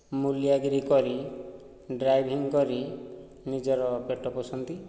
ମୁଲିଆଗିରି କରି ଡ୍ରାଇଭିଙ୍ଗ କରି ନିଜର ପେଟ ପୋଷନ୍ତି